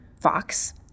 fox